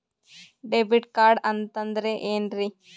Debit card ಅಂತಂದ್ರೆ ಏನ್ರೀ?